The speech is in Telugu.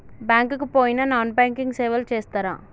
బ్యాంక్ కి పోయిన నాన్ బ్యాంకింగ్ సేవలు చేస్తరా?